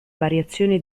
variazione